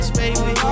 baby